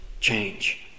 change